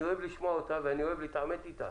אני אוהב לשמוע אותה ואני אוהב להתעמת אתה,